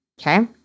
Okay